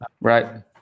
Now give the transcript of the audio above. right